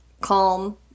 calm